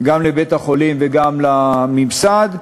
גם לבית-החולים וגם לממסד.